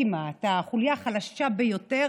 כמעט החוליה החלשה ביותר